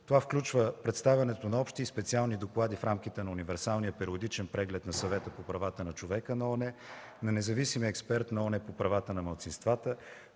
Това включва представянето на общи и специални доклади в рамките на универсалния периодичен преглед на Съвета по правата на човека на ООН, на независимия експерт на ООН по правата на малцинствата,